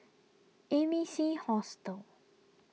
A B C Hostel